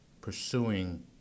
pursuing